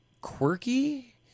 quirky